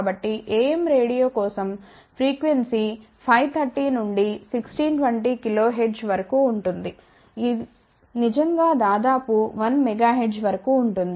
కాబట్టి AM radio కోసం frequency 530 నుండి 1620 KHz వరకు ఉంటుంది ఇది నిజంగా దాదాపు 1 MHz వరకు ఉంటుంది